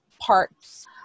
parts